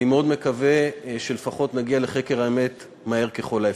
אני מאוד מקווה שלפחות נגיע לחקר האמת מהר ככל האפשר.